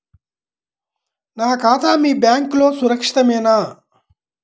నా ఖాతా మీ బ్యాంక్లో సురక్షితమేనా?